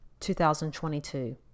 2022